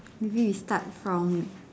maybe we start from